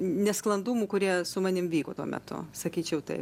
nesklandumų kurie su manim vyko tuo metu sakyčiau taip